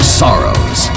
sorrows